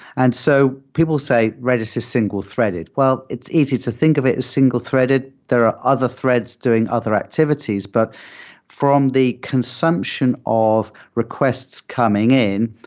and so people say redis is single-threaded. well, it's easy to think of it as single-threaded. there are other threads doing other activities, but from the consumption of requests coming in,